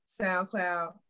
SoundCloud